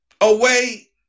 away